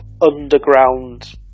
underground